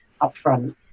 upfront